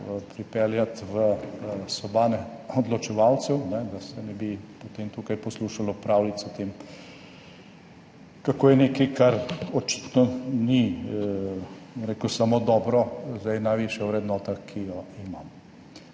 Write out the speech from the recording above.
pripeljati v sobane odločevalcev, da se ne bi potem tukaj poslušalo pravljic o tem, kako je nekaj, kar očitno ni, bom rekel, samo dobro, zdaj najvišja vrednota, ki jo imamo.